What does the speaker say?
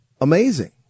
amazing